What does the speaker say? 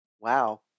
wow